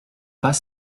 pas